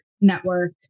network